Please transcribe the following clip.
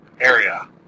area